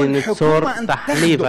שניצור תחליף,